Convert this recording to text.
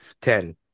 ten